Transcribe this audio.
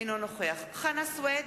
אינו נוכח חנא סוייד,